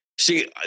See